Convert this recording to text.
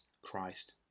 Christ